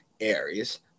Aries